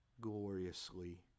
gloriously